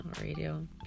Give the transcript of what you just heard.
radio